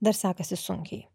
dar sekasi sunkiai